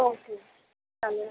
okay चालेल